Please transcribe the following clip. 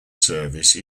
service